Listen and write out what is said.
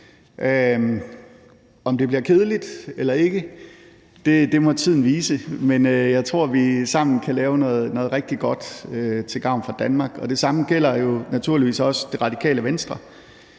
Om det bliver kedeligt eller ikke, må tiden vise, men jeg tror, vi sammen kan lave noget rigtig godt til gavn for Danmark. Det samme gælder naturligvis også Det Radikale Venstre,